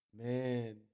man